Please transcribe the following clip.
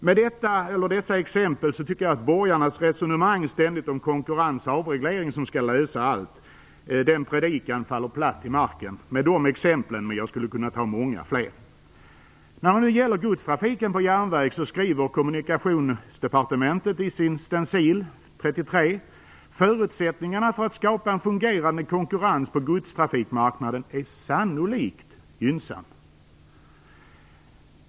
Med dessa exempel tycker jag att borgarnas ständiga resonemang om konkurrens och avreglering som skall lösa allt faller platt till marken. Jag skulle kunna ta många fler exempel. När det gäller godstrafiken på järnväg skriver följande: Förutsättningarna för att skapa en fungerande konkurrens på godstrafikmarknaden är sannolikt gynnsamma.